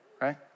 right